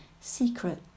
secret